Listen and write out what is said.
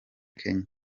kenya